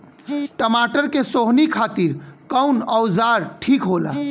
टमाटर के सोहनी खातिर कौन औजार ठीक होला?